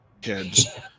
kids